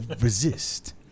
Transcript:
resist